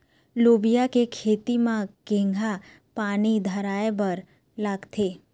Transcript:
लोबिया के खेती म केघा पानी धराएबर लागथे?